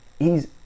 hes